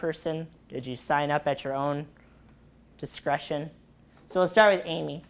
person did you sign up at your own discretion so sorry amy